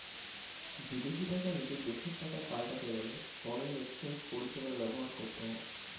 বিদেশী টাকা নিজের দেশের টাকায় পাল্টাতে গেলে ফরেন এক্সচেঞ্জ পরিষেবা ব্যবহার করতে হয়